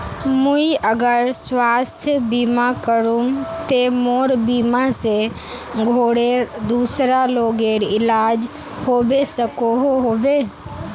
मुई अगर स्वास्थ्य बीमा करूम ते मोर बीमा से घोरेर दूसरा लोगेर इलाज होबे सकोहो होबे?